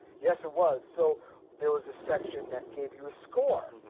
yes, it was. so there was a section that gave you a score.